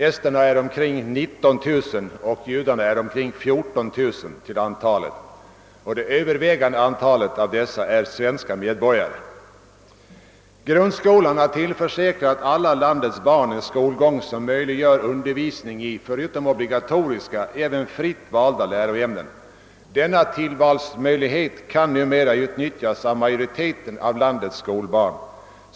Esterna är omkring 19 000 och judarna omkring 14 000. Det övervägande antalet av dessa är svenska medborgare. Grundskolan har tillförsäkrat alla vårt lands barn en skolgång, som möjliggör undervisning i förutom obligatoriska även fritt valda läroämnen. Denna tillvalsmöjlighet kan numera utnyttjas av majoriteten av landets skolbarn.